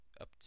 up